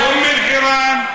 באום אל-חיראן,